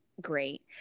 great